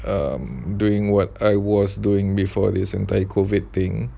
um doing what I was doing before this entire COVID thing